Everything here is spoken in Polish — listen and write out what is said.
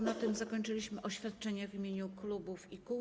Na tym zakończyliśmy oświadczenia w imieniu klubów i kół.